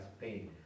pain